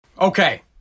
Okay